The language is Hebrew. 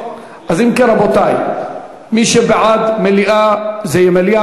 אז אם כן, רבותי, מי שבעד מליאה, זה יהיה מליאה.